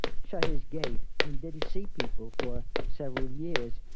shut his gate and didn't see people for several years.